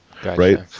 Right